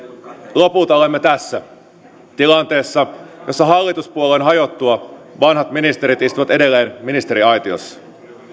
lopulta olemme tässä tilanteessa jossa hallituspuolueen hajottua vanhat ministerit istuvat edelleen ministeriaitiossa